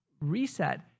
Reset